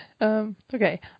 Okay